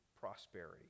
prosperity